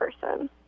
person